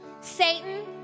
Satan